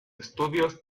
estudios